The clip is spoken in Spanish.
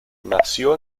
nació